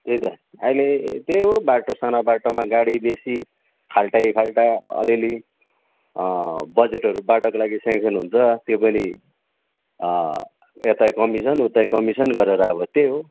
त्यही त अहिले त्यही हो बाटो सानो बाटोमा गाडी बेसी खाल्डै खाल्डा अलिअलि बजेटहरू बाटोको लागि सेङ्सन हुन्छ त्यो पनि यतै कमिसन उतै कमिसन गरेर अब त्यही हो